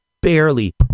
barely